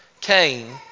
Cain